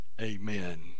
Amen